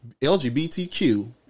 lgbtq